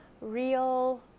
real